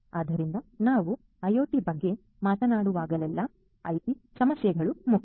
ಆದ್ದರಿಂದ ನೀವು ಐಒಟಿ ಬಗ್ಗೆ ಮಾತನಾಡುವಾಗಲೆಲ್ಲಾ ಐಟಿ ಸಮಸ್ಯೆಗಳು ಮುಖ್ಯ